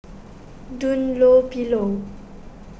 Dunlopillo